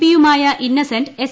പിയുമായ Innocent S